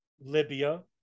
Libya